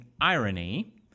irony